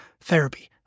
therapy